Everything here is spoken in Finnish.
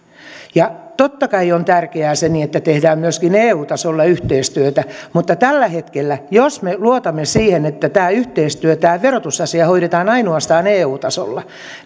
totta kai on tärkeää että tehdään myöskin eu tasolla yhteistyötä mutta tällä hetkellä jos me luotamme siihen että tämä yhteistyö tämä verotusasia hoidetaan ainoastaan eu tasolla